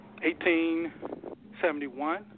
1871